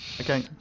Okay